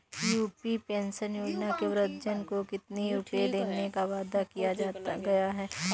UP pension योजना में वृद्धजन को कितनी रूपये देने का वादा किया गया है?